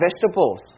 vegetables